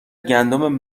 گندم